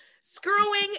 Screwing